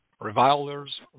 revilers